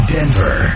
Denver